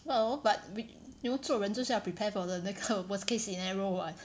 well but we knew 做人就是要 prepare for the 那个 worst case scenario [what]